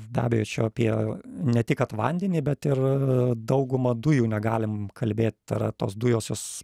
be abejo čia apie ne tik kad vandenį bet ir dauguma dujų negalim kalbėt ar tos dujos jos